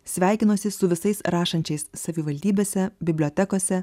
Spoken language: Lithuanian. sveikinuosi su visais rašančiais savivaldybėse bibliotekose